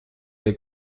der